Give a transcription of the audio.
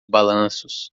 balanços